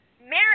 Mary